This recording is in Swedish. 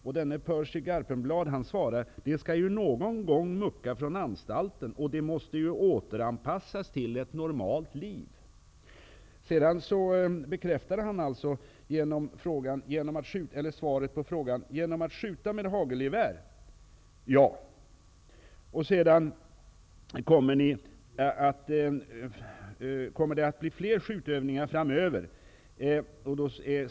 Percy Garpenblad svarar: ''De ska ju någon gång mucka från anstalten. Och de måste ju återanpassas till ett normalt liv.'' Sedan bekräftar han sitt svar med ett ja på frågan ''Genom att skjuta med hagelgevär?'' Vidare ställdes frågan: ''Kommmer det att bli fler skjutövningar framöver?''